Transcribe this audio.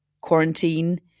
quarantine